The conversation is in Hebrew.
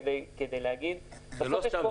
כדי להגיד --- זה לא סתם,